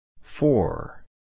Four